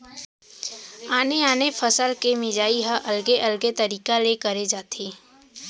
आने आने फसल के मिंजई ह अलगे अलगे तरिका ले करे जाथे